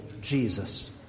Jesus